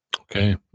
Okay